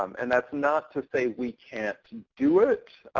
um and that's not to say we can't and do it,